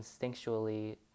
instinctually